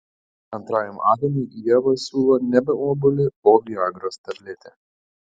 antrajam adomui ieva siūlo nebe obuolį o viagros tabletę